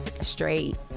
Straight